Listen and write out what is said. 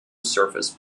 surface